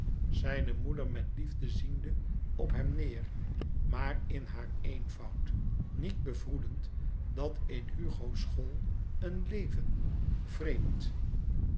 zijne moeder met liefde ziende op hem neêr maar in haar eenvoud niet bevroedend dat in hugo school een leven vreemd